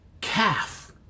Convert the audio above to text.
calf